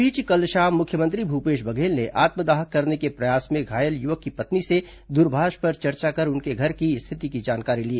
इस बीच कल शाम मुख्यमंत्री भूपेश बघेल ने आत्मदाह करने के प्रयास में घायल युवक की पत्नी से दूरभाष पर चर्चा कर उनके घर की स्थिति की जानकारी ली